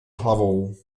hlavou